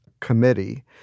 committee